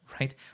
right